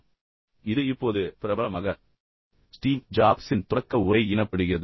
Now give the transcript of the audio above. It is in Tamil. எனவே இது இப்போது பிரபலமாக ஸ்டீவ் ஜாப்ஸின் தொடக்க உரை என்று அழைக்கப்படுகிறது